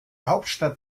hauptstadt